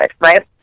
Right